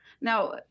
Now